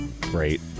great